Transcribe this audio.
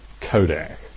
Kodak